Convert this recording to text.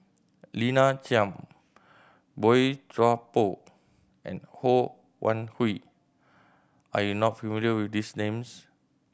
Lina Chiam Boey Chuan Poh and Ho Wan Hui are you not familiar with these names